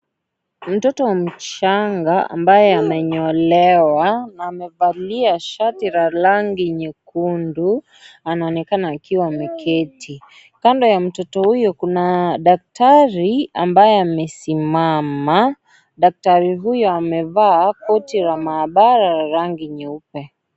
Mtoto mchanga ambaye amenyolewa ,amevalia shati la rangi nyekundu. Anaonekana akiwa ameketi. Kando ya mtoto huyo kuna daktari ambaye amesimama. Daktari huyo amevaa koti la maabara la rangi nyeupe.